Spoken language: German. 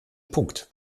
punkt